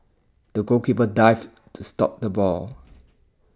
the goalkeeper dived to stop the ball